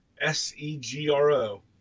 S-E-G-R-O